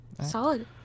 solid